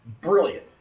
Brilliant